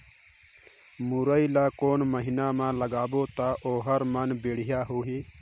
मुरई ला कोन महीना मा लगाबो ता ओहार मान बेडिया होही?